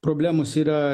problemos yra